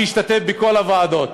אני אשתתף בכל הוועדות.